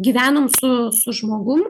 gyvenom su žmogum